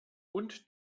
und